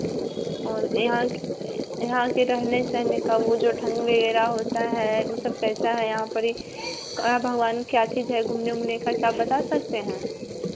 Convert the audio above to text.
और यहाँ के यहाँ के रहने सहने का वह जो ढंग वगैरह होता है वह सब कैसा है यहाँ पर यह भवन क्या चीज़ है घूमने ऊमने का क्या आप बता सकते हैं